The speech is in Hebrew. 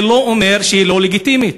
זה לא אומר שהיא לא לגיטימית.